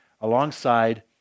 alongside